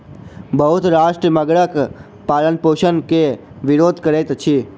बहुत राष्ट्र मगरक पालनपोषण के विरोध करैत अछि